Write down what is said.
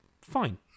fine